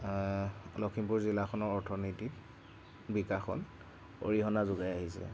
লখিমপুৰ জিলাখনৰ অৰ্থনীতিত বিকাশত অৰিহণা যোগাই আহিছে